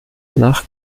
nach